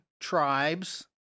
tribes